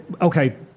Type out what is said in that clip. Okay